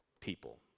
people